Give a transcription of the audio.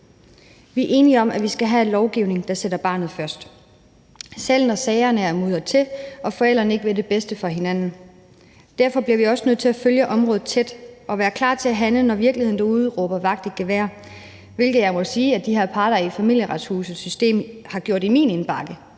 Vi er enige om, at vi skal have en lovgivning, der sætter barnet først, selv når sagerne er mudret til og forældrene ikke vil det bedste for hinanden. Derfor bliver vi også nødt til at følge området tæt og være klar til at handle, når virkeligheden derude råber vagt i gevær, hvilket jeg må sige at de her parter i Familieretshusets system har gjort i min indbakke.